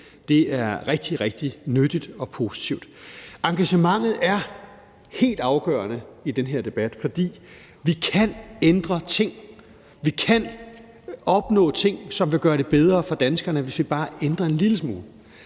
Det er rigtig, rigtig nyttigt og positivt. Engagementet er helt afgørende i den her debat, for vi kan ændre ting; vi kan opnå ting, som vil gøre det bedre for danskerne, hvis vi bare ændrer en lille smule.